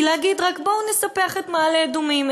כי להגיד רק: בואו נספח את מעלה-אדומים,